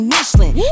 Michelin